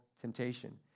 temptation